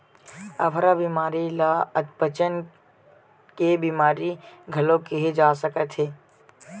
अफरा बेमारी ल अधपचन के बेमारी घलो केहे जा सकत हे